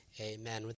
amen